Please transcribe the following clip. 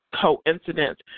coincidence